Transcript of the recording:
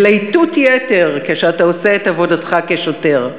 להיטות יתר כשאתה עושה את עבודתך כשוטר.